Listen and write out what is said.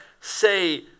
say